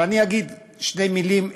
אבל אני אגיד שתי מילים עקרוניות: